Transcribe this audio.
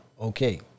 Okay